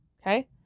okay